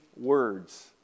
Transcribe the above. words